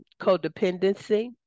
codependency